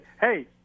Hey